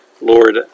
Lord